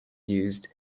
used